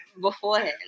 beforehand